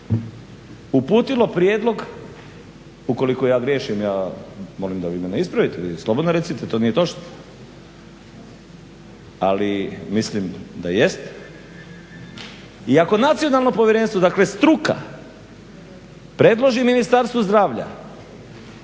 uputilo prijedlog, ukoliko ja griješim ja molim da vi mene ispravite, vi slobodno recite to nije točno, ali mislim da jeste. I ako Nacionalno povjerenstvo, dakle struka predloži Ministarstvu zdravlja